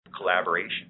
Collaboration